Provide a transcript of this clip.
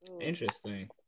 Interesting